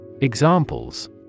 Examples